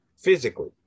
physically